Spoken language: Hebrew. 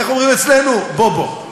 איך אומרים אצלנו: בוא, בוא.